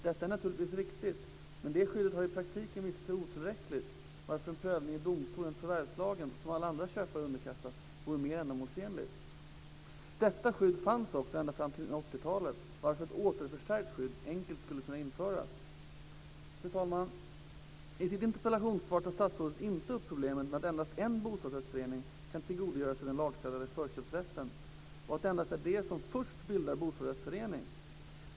Detta är naturligtvis riktigt, men det skyddet har i praktiken visat sig otillräckligt, varför en prövning i domstol enligt förvärvslagen som alla andra köpare underkastas vore mer ändamålsenlig. Detta skydd fanns också ända fram till 80-talet, varför ett återförstärkt skydd enkelt skulle kunna införas. Fru talman! I sitt interpellationssvar tar statsrådet inte upp problemet med att endast en bostadsrättsförening kan tillgodogöra sig den lagstadgade förköpsrätten och att det endast är de som först bildar bostadsrättsförening.